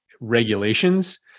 regulations